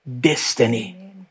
destiny